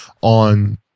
on